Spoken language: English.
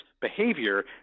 behavior